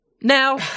Now